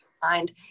find